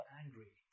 angry